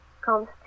comes